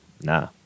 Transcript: nah